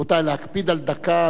רבותי, להקפיד על דקה.